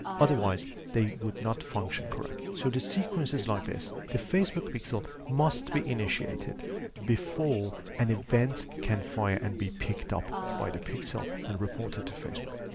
otherwise, they would not function correctly. so the sequences like this, the facebook pixel must be initiated before an event can fire and be picked up by the pixel and reported to facebook.